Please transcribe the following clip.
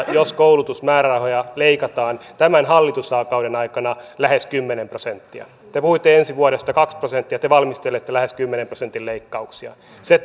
jos koulutusmäärärahoja leikataan tämän hallituskauden aikana lähes kymmenen prosenttia te puhuitte ensi vuodesta kaksi prosenttia te valmistelette lähes kymmenen prosentin leikkauksia se